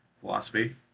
philosophy